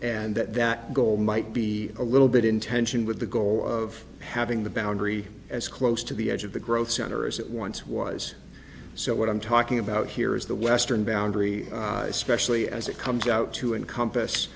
and that that goal might be a little bit in tension with the goal of having the boundary as close to the edge of the growth center as it once was so what i'm talking about here is the western boundary especially as it comes out to encompass